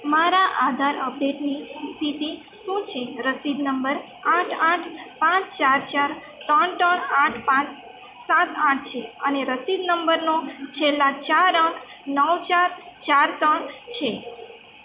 મારા આધાર અપડેટની સ્થિતિ શું છે રસીદ નંબર આઠ આઠ પાચ ચાર ચાર ત્રણ ત્રણ આઠ પાંચ સાત આઠ છે અને રસીદ નંબરનો છેલ્લા ચાર અંક નવ ચાર ચાર ત્રણ છે